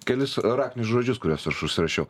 kelis raktinius žodžius kuriuos aš užsirašiau